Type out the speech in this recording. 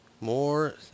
More